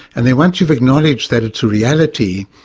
and then once you've acknowledged that it's a reality,